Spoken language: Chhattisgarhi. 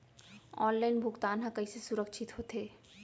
ऑनलाइन भुगतान हा कइसे सुरक्षित होथे?